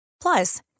Plus